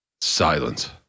Silence